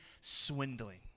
swindling